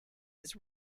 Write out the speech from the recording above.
his